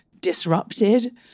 disrupted